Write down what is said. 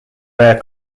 their